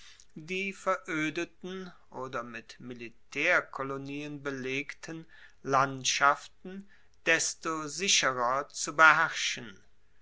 die veroedeten oder mit militaerkolonien belegten landschaften desto sicherer zu beherrschen